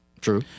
True